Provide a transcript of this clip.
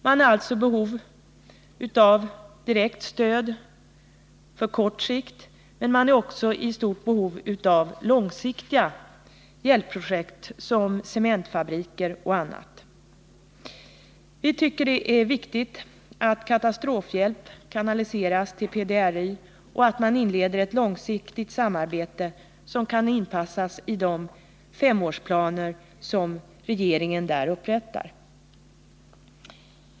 Man är alltså i behov av direkt stöd på kort sikt, men man är också i stort behov av långsiktiga hjälpprojekt — cementfabriker och annat. Vi tycker det är viktigt att katastrofhjälp kanaliseras till PDRY och att ett långsiktigt samarbete inleds som kan inpassas i de femårsplaner som regeringen där upprättar.